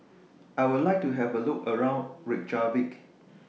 I Would like to Have A Look around Reykjavik